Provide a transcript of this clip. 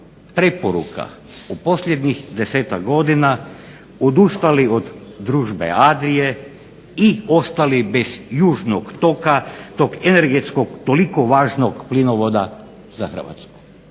preporuka u posljednjih 10-ak godina odustali od družbe ADRIA-e i ostali bez južnog toka tog energetskog toliko važnog plinovoda za Hrvatsku